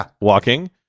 walking